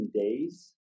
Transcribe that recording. days